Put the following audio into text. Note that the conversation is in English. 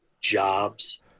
jobs